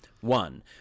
one